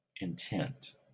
Intent